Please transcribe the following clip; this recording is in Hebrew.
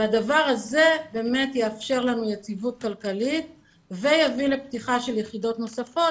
והדבר הזה יאפשר לנו יציבות כלכלית ויביא לפתיחה של יחידות נוספות,